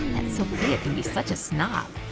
and sophia can be such a snob.